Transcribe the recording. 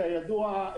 כידוע,